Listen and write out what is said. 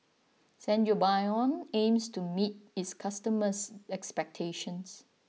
Sangobion aims to meet its customers' expectations